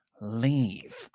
Leave